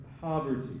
poverty